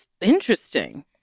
Interesting